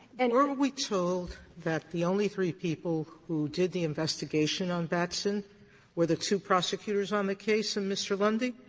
and sotomayor were we told that the only three people who did the investigation on batson were the two prosecutors on the case and mr. lundy?